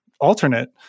alternate